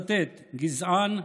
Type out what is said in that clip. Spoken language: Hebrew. אני מצטט: "גזען,